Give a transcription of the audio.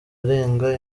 arenga